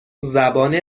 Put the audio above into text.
زبان